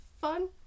fun